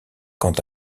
quant